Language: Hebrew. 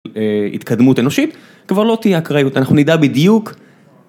התקדמות אנושית, כבר לא תהיה אקראיות, אנחנו נדע בדיוק